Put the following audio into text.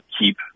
keep